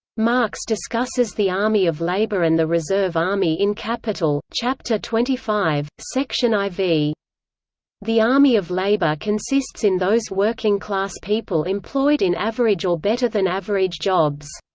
marx discusses the army of labor and the reserve army in capital, chapter twenty five, section iv. the the army of labor consists in those working-class people employed in average or better than average jobs.